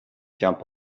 jump